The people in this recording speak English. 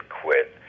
quit